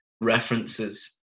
references